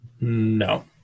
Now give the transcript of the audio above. no